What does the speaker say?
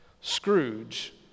Scrooge